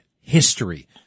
history